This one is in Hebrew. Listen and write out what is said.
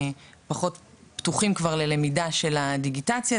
פחות פתוחים כבר ללמידה של הדיגיטציה,